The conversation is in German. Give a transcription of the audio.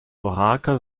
orakel